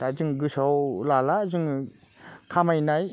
दा जों गोसोआव लाला जोङो खामायनाय